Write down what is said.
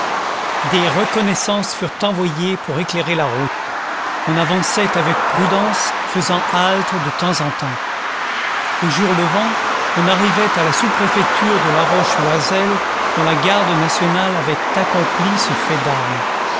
des reconnaissances furent envoyées pour éclairer la route on avançait avec prudence faisant halte de temps en temps au jour levant on arrivait à la sous-préfecture de la roche oysel dont la garde nationale avait accompli ce fait d'armes